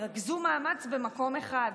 ותרכזו מאמץ במקום אחד.